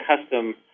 Custom